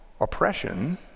oppression